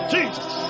Jesus